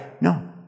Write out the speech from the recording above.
No